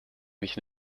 mich